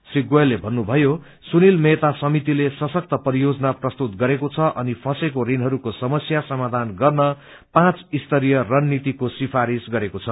श्री गोयलले भन्नुभयो सुनील मेहता समितिले सशक्त परियोजना प्रस्तुत गरेको छ अनि फँसेको ऋणहरू समस्या समाबान गर्न पाँच स्तरीय रणनीतिको सिफ्ररिश गरिएको छ